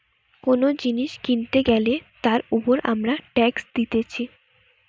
কোন জিনিস কিনতে গ্যালে তার উপর আমরা ট্যাক্স দিতেছি